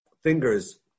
fingers